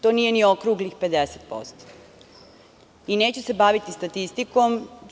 To nije ni okruglih 50% i neću se baviti statistikom.